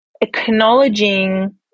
acknowledging